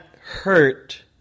hurt